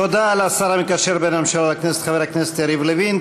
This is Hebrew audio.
תודה לשר המקשר בין הממשלה לכנסת חבר הכנסת יריב לוין.